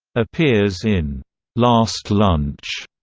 appears in last lunch